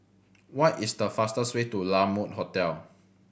what is the fastest way to La Mode Hotel